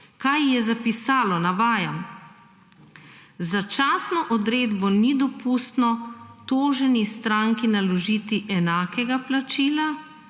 kaj je zapisalo, navajam. Začasno odredbo ni dopustno toženi stranki naložiti enakega plačila